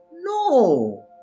No